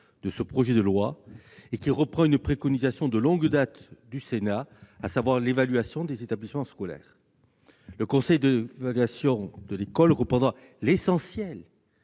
de ce projet de loi. Cet article reprend une préconisation de longue date du Sénat : l'évaluation des établissements scolaires. Le conseil d'évaluation de l'école reprendra l'essentiel